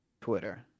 Twitter